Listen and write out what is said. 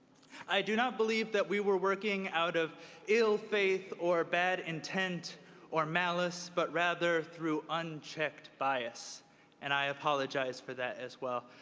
i do not believe that we were working out of ill faith or bad intend or malice, but rather through unchecked bias and i apologize for that as well.